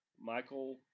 Michael